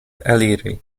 eliri